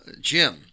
Jim